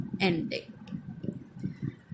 ending